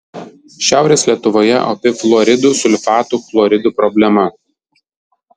šiaurės lietuvoje opi fluoridų sulfatų chloridų problema